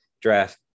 draft